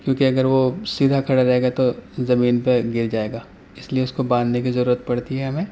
کیونکہ اگر وہ سیدھا کھڑا رہیگا تو زمین پہ گر جائیگا اس لئے اس کو باندھنے کی ضرورت پڑتی ہے ہمیں